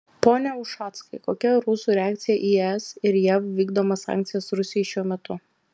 pone ušackai kokia rusų reakcija į es ir jav vykdomas sankcijas rusijai šiuo metu